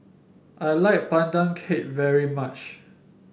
I like Pandan Cake very much